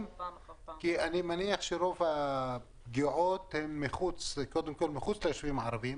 אני מניח שרוב הפגיעות הן מחוץ לישובים הערבים.